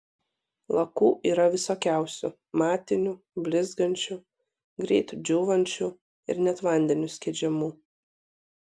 lakų yra visokiausių matinių blizgančių greit džiūvančių ir net vandeniu skiedžiamų